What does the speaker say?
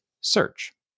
search